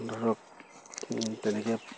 ধৰক তেনেকে